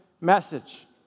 message